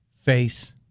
face